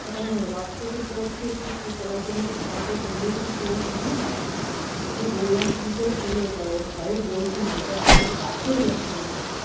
হ্যাঁ রক্ত তো পড়ছে একটু চলাচলি হাঁটাহাঁটি করলেই তো পড়ছে না ওকে বললাম কী করে হলো এটা ও ভয়ে বলছে না আমি তাই আপনাকে বাধ্য হলাম ফোন করতে